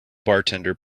bartender